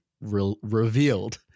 revealed